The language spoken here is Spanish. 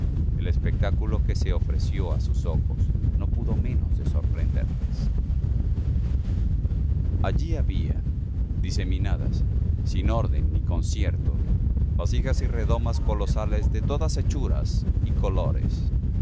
el espectáculo que se ofreció á sus ojos no pudo menos de sorprenderles allí había diseminadas sin orden ni concierto vasijas y redomas colosales de todas hechuras y colores